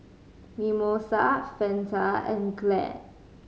Mimosa Fanta and Glad